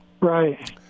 Right